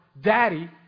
Daddy